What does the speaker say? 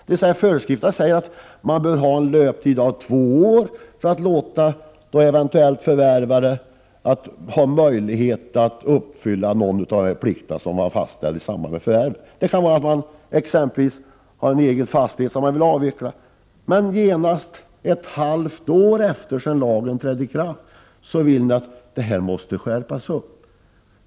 Dessa föreskrifter innebär att man bör ha en löptid av två år för att ge eventuell förvärvare möjlighet att uppfylla de krav som fastställts i samband med förvärvet. Man kan exempelvis ha en egen fastighet som man först vill avyttra. Men redan ett halvt år efter det att lagen trädde i kraft vill ni ha skärpta bestämmelser.